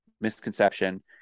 misconception